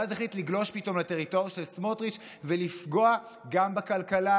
ואז החליט לגלוש פתאום לטריטוריה של סמוטריץ' ולפגוע גם בכלכלה,